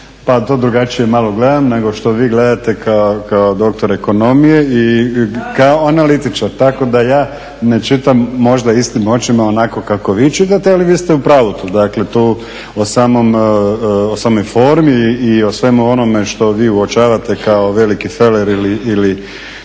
malo drugačije gledam nego što vi gledate kao doktor ekonomije i kao analitičar, tako da ja ne čitam možda istim očima onako kako vi čitate, ali vi ste u pravu tu. Dakle tu o samoj formi i svemu onome što vi uočavate kao veliki feler ili